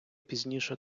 пізніше